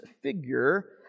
figure